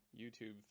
YouTube